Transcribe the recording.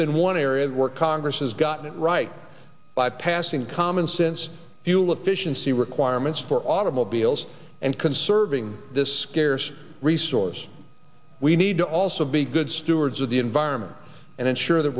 been one area of work congress has gotten it right by passing common sense fuel efficiency requirements for automobiles and conserving this scarce resource we need to also be good stewards of the environment and ensure that